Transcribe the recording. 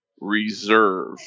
Reserve